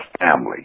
family